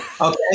Okay